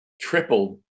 tripled